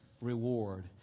reward